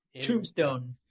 Tombstone